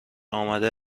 آمده